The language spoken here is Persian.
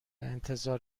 انتظار